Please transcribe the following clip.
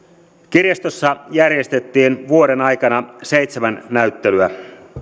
kirjastossa järjestettiin vuoden aikana seitsemän näyttelyä